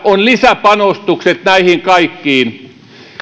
on lisäpanostukset näihin kaikkiin